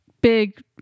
big